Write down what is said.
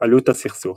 עלות הסכסוך